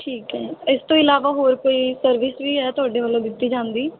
ਠੀਕ ਹੈ ਇਸ ਤੋਂ ਇਲਾਵਾ ਹੋਰ ਕੋਈ ਸਰਵਿਸ ਵੀ ਹੈ ਤੁਹਾਡੇ ਵੱਲੋਂ ਦਿੱਤੀ ਜਾਂਦੀ